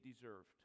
deserved